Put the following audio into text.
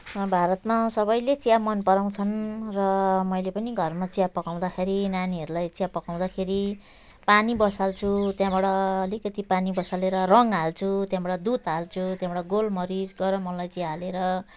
भारतमा सबैले चिया मनपराउँछन् र मैले पनि घरमा चिया पकाउँदाखेरि नानीहरूलाई चिया पकाउँदाखेरि पानी बसाल्छु त्यहाँबाट अलिकति पानी बसालेर रङ हाल्छु त्यहाँबाट दुध हाल्छु त्यहाँबाट गोलमरिच गरम अलैँची हालेर